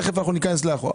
תכף ניכנס לאחורה.